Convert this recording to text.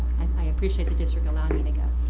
i appreciate the district allowing me to go.